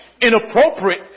inappropriate